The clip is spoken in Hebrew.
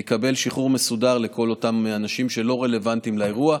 והוא יקבל שחרור מסודר לכל אותם אנשים שלא רלוונטיים לאירוע,